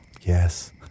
Yes